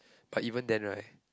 but even then right